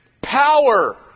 power